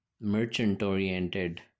merchant-oriented